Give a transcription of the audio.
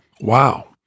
Wow